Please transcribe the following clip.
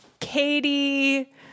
Katie